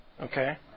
Okay